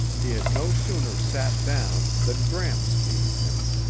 he had no sooner sat down than gramps came in.